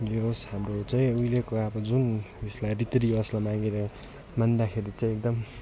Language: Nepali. जे होस् हाम्रो चाहिँ उहिलेको अब जुन उइसलाई रीति रिवाजलाई मागेर मान्दाखेरि चाहिँ एकदम